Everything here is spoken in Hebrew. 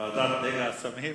בוועדה למאבק בנגע הסמים,